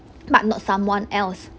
but not someone else